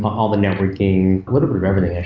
all the networking a little bit of everything actually.